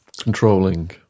Controlling